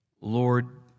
Lord